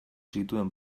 zituen